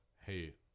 hey